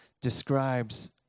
describes